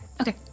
okay